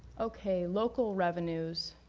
okay, local revenues,